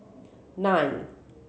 nine